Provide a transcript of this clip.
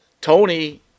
Tony